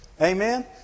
Amen